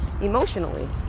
emotionally